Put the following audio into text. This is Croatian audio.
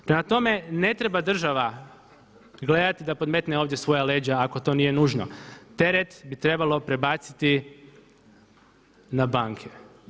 Prema tome, ne treba država gledati da podmetne ovdje svoja leđa ako to nije nužno, teret bi trebalo prebaciti na banke.